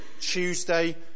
Tuesday